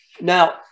Now